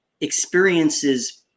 experiences